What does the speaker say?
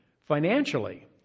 financially